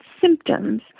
symptoms